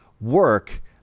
work